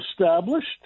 established